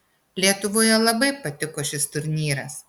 lietuvoje labai patiko šis turnyras